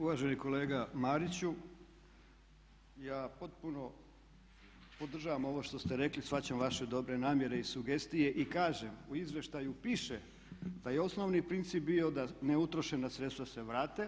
Uvaženi kolega Mariću, ja potpuno podržavam ovo što ste rekli, shvaćam vaše dobre namjere i sugestije i kažem u izvještaju piše da je osnovni princip bio da neutrošena sredstva se vrate.